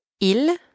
Il